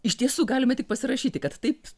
iš tiesų galime tik pasirašyti kad taip